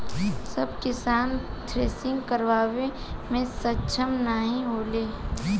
सब किसान थ्रेसिंग करावे मे सक्ष्म नाही होले